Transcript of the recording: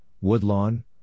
Woodlawn